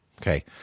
Okay